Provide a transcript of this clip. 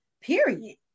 Period